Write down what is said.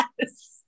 Yes